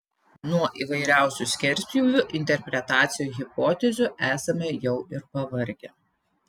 nuo įvairiausių skerspjūvių interpretacijų hipotezių esame jau ir pavargę